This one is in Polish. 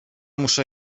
muszę